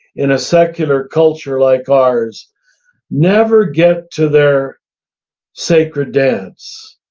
in a secular culture like ours never get to their sacred dance,